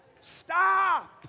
Stop